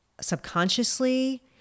subconsciously